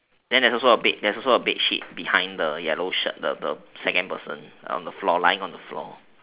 then there's also a bed there's also a bedsheet behind the yellow shirt the the second person on the floor lying on the floor